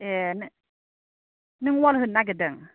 ए नों वाल होनो नागिरदों